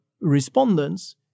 respondents